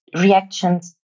reactions